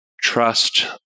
trust